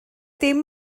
dim